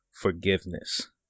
forgiveness